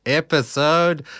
episode